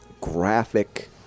graphic